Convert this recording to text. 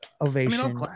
ovation